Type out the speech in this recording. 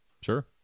Sure